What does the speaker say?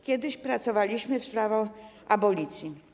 Kiedyś pracowaliśmy w sprawie abolicji.